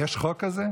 יש חוק כזה?